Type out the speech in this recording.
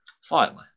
Slightly